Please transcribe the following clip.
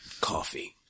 coffee